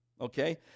Okay